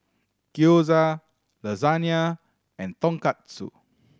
Gyoza Lasagne and Tonkatsu